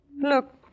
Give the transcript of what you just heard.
Look